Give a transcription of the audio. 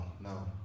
No